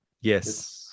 Yes